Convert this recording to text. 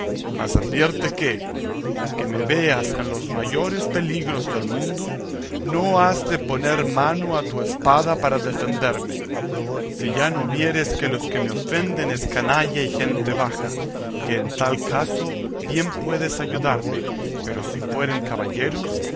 mas advierte que aunque me veas en los mayores peligros del mundo no has de poner mano a tu espada para defenderme si ya no vieres que los que me ofenden es canalla y gente baja que en tal caso bien puedes ayudarme pero si fueren caballeros